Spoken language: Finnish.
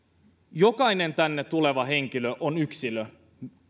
jokainen tänne tuleva henkilö on yksilö